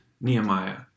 Nehemiah